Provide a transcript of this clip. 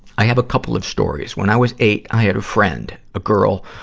i have a couple of stories. when i was eight, i had a friend, a girl,